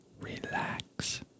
relax